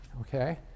Okay